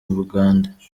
bugande